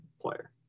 player